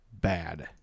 bad